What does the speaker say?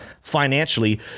financially